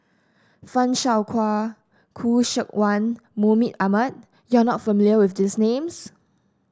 Fan Shao Hua Khoo Seok Wan Mahmud Ahmad you are not familiar with these names